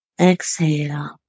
Exhale